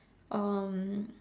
um